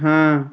হ্যাঁ